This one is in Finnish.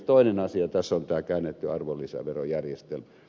toinen asia tässä on tämä käännetty arvonlisäverojärjestelmä